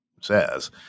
says